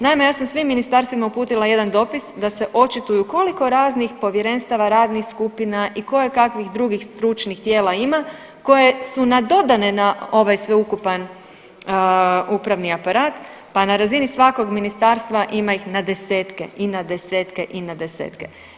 Naime, ja sam svim ministarstvima uputila jedan dopis da se očituju koliko raznih povjerenstava, radnih skupina i koje kakvih drugih stručnih tijela ima koje su nadodane na ovaj sveukupan upravni aparat, pa na razini svakog ministarstva ima ih na desetke i na desetke i na desetke.